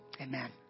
Amen